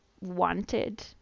wanted